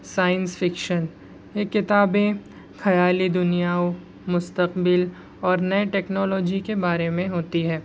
science fiction یہ کتابیں خیالی دنیاؤں مستقبل اور نئے ٹیکنالوجی کے بارے میں ہوتی ہے